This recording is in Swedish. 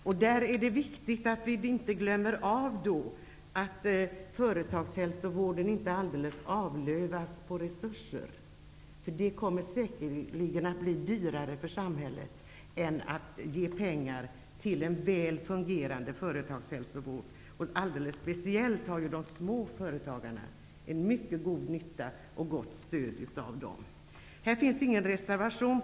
Det är viktigt att vi inte glömmer företagshälsovården, som inte helt skall avlövas på resurser. Det blir säkerligen dyrare för samhället än att ge pengar till en väl fungerande företagshälsovård. Alldeles speciellt de små företagarna har mycket god nytta och gott stöd av dessa. Här finns ingen reservation.